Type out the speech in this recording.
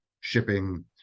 shipping